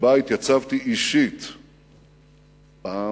שבה התייצבתי אישית פעם,